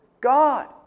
God